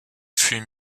fut